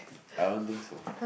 I don't think so